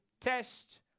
test